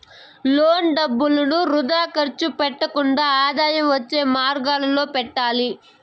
loan డబ్బులు వృథా ఖర్చు పెట్టకుండా ఆదాయం వచ్చే మార్గాలలో పెట్టాలి